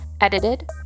Edited